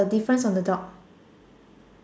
the difference on the dog